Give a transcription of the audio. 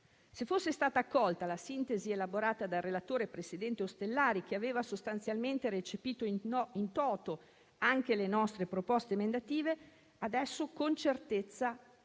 Se fosse stata accolta la sintesi elaborata dal relatore, presidente Ostellari, che aveva sostanzialmente recepito *in toto* anche le nostre proposte emendative, adesso con certezza